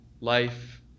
life